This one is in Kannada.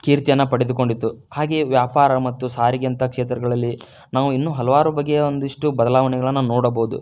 ಕೀರ್ತಿಯನ್ನು ಪಡೆದುಕೊಂಡಿತ್ತು ಹಾಗೆಯೇ ವ್ಯಾಪಾರ ಮತ್ತು ಸಾರಿಗೆ ಅಂಥ ಕ್ಷೇತ್ರಗಳಲ್ಲಿ ನಾವು ಇನ್ನು ಹಲವಾರು ಬಗೆಯ ಒಂದಿಷ್ಟು ಬದಲಾವಣೆಗಳನ್ನು ನೋಡಬೋದು